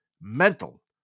mental